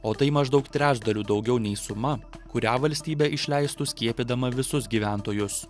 o tai maždaug trečdaliu daugiau nei suma kurią valstybė išleistų skiepydama visus gyventojus